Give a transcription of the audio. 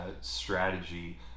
strategy